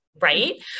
Right